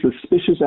suspicious